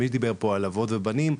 מי מדבר פה על אבות ובנים,